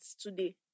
today